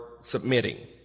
submitting